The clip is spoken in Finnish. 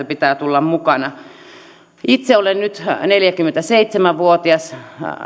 pitää tulla mukana itse olen nyt neljäkymmentäseitsemän vuotias